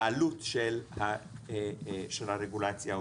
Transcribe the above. בעלות של הרגולציה העודפת.